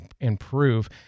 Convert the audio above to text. improve